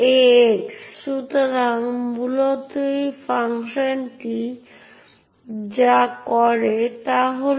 এখন password command ব্যবহার করে একটি পাসওয়ার্ড পরিবর্তন করতে এই ব্যবহারকারীর জন্য এন্ট্রির সাথে সম্পর্কিত এই etcshadow ফাইলটিতে লিখতে হবে